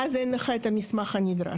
ואז אין לך את המסמך הנדרש,